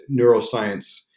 neuroscience